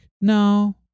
no